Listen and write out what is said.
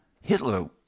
Hitler